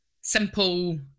simple